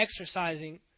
exercising